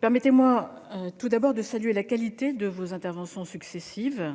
permettez-moi tout d'abord de saluer la qualité de vos interventions successives,